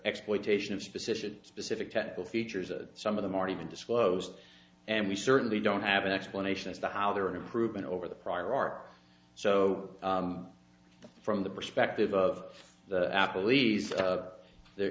exploitation of specific specific technical features and some of them already been disclosed and we certainly don't have an explanation as to how they are an improvement over the prior art so from the perspective of the apple e's there